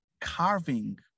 carving